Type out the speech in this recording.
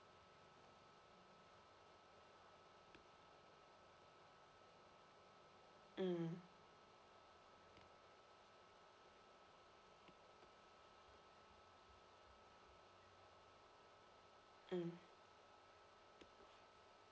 mm mm